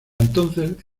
entonces